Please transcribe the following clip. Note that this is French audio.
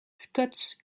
scots